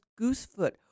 goosefoot